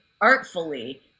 artfully